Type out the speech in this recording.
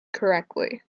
correctly